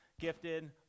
gifted